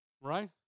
Right